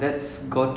mm